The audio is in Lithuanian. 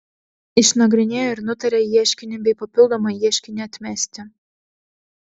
išnagrinėjo ir nutarė ieškinį bei papildomą ieškinį atmesti